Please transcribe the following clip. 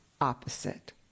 opposite